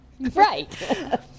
Right